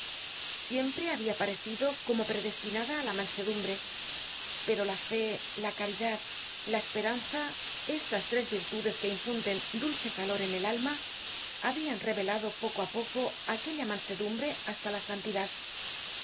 siempre habia parecido como predestinada á la mansedumbre pero la fé la caridad la esperanza estas tres virtudes que infunden dulce calor en el alma habian elevado poco á poco aquella mansedumbre hasta la santidad la